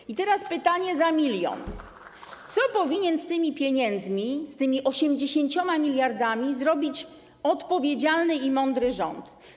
I teraz pytanie za milion: Co powinien z tymi pieniędzmi, z tymi 80 mld zł, zrobić odpowiedzialny i mądry rząd?